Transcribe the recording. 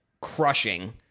crushing